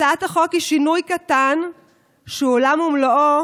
הצעת החוק היא שינוי קטן שהוא עולם ומלואו